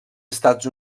estats